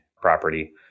property